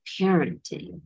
parenting